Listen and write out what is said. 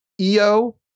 EO